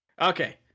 Okay